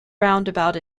roundabout